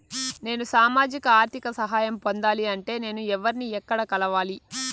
నేను సామాజిక ఆర్థిక సహాయం పొందాలి అంటే నేను ఎవర్ని ఎక్కడ కలవాలి?